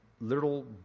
little